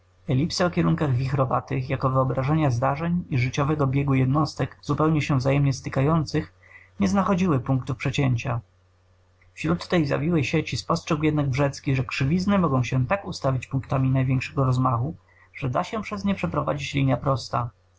o kierunkach wichrowatych jako wyobrażenia zdarzeń i życiowego biegu jednostek zupełnie się wzajemnie stykających nie znachodziły punktów przecięcia wśród tej zawiłej sieci spostrzegł jednak wrzecki że krzywizny mogą się tak ustawić punktami największego rozmachu że da się przez nie przeprowadzić linia prosta